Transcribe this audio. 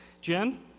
Jen